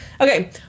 Okay